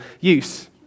use